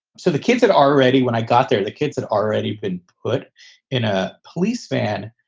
so the kids had already when i got there, the kids had already been put in a police van.